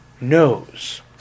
knows